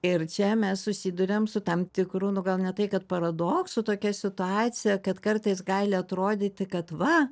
ir čia mes susiduriam su tam tikru nu gal ne tai kad paradoksų tokia situacija kad kartais gali atrodyti kad va